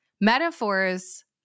metaphors